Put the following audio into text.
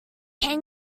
can